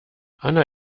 anna